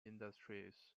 industries